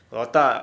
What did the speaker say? kalau tak